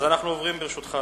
ברשותך,